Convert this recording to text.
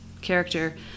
character